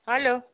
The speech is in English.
hello